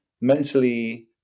mentally